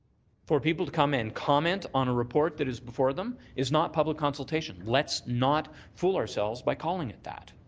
for people to come and comment on a report that is before them is not public consultation. let's not fool ourselves by calling it that.